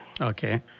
Okay